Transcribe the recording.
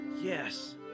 Yes